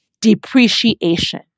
depreciation